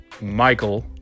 michael